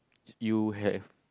you have